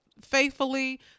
faithfully